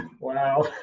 Wow